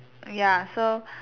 ya so